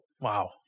Wow